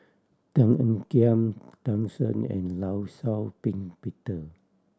Tan Ean Kiam Tan Shen and Law Shau Ping Peter